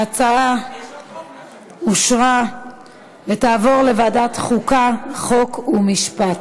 ההצעה התקבלה ותועבר לוועדת החוקה, חוק ומשפט.